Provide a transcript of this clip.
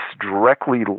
directly